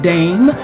Dame